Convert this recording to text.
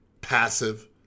passive